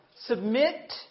submit